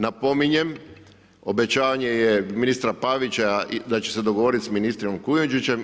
Napominjem, obećanje je ministra Pavića da će se dogovorit s ministrom Kujundžićem.